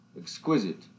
Exquisite